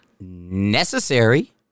necessary